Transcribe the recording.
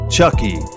Chucky